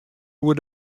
oer